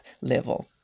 level